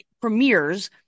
premieres